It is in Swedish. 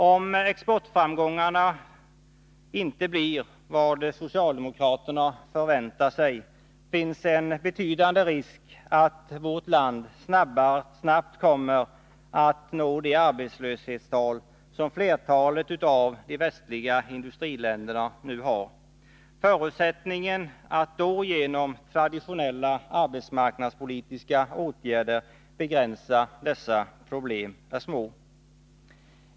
Om exportframgångarna inte blir vad socialdemokraterna förväntar sig, finns en betydande risk att vårt land snabbt kommer att nå de arbetslöshetstal som flertalet av de västliga industriländerna nu har. Förutsättningen att då genom traditionella arbetsmarknadspolitiska åtgärder begränsa dessa problem är små.